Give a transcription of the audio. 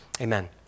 Amen